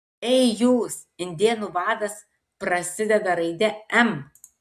ei jūs indėnų vadas prasideda raide m